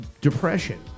depression